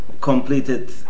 completed